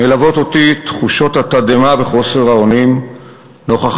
מלוות אותי תחושות התדהמה וחוסר האונים נוכח